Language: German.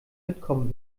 mitkommen